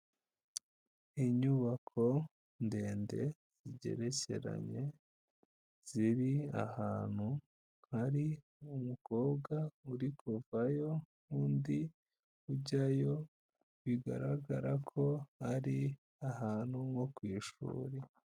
Inyubako ndende zigerekeranye, ziri ahantu hari umukobwa uri guvayo n'undi ujyayo, bigaragara ko ari ahantu nko ku ishuri.